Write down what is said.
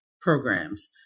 programs